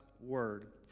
word